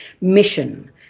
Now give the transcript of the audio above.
mission